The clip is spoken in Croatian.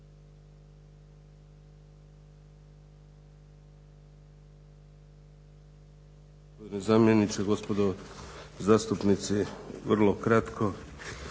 zamjeniče, gospodo zastupnici, vrlo kratko.